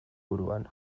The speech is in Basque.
buruan